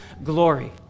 glory